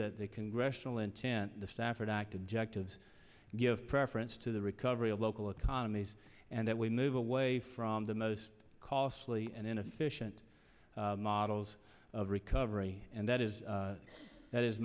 that they congressional intent the stafford act objectives give preference to the recovery of local economies and that we move away from the most costly and inefficient models of recovery and that is that is